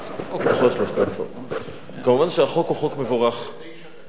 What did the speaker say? מובן שהחוק הוא חוק מבורך, תשע דקות.